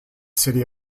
city